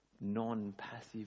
non-passive